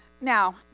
Now